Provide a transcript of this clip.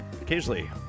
Occasionally